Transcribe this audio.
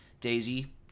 Daisy